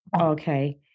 Okay